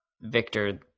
Victor